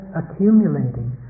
accumulating